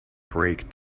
break